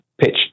pitch